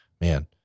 man